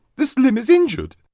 this limb is injured!